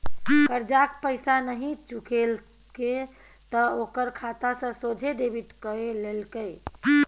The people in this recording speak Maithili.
करजाक पैसा नहि चुकेलके त ओकर खाता सँ सोझे डेबिट कए लेलकै